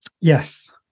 Yes